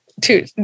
two